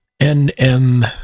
N-M